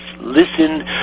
listen